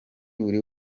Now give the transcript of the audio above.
buri